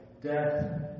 Death